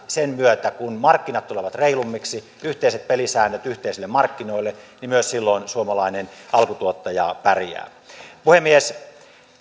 sen myötä kun markkinat tulevat reilummiksi yhteiset pelisäännöt yhteisille markkinoille myös suomalainen alkutuottaja pärjää puhemies